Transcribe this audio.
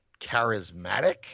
charismatic